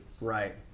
Right